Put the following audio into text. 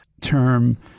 term